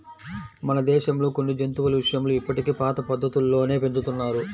మన దేశంలో కొన్ని జంతువుల విషయంలో ఇప్పటికీ పాత పద్ధతుల్లోనే పెంచుతున్నారు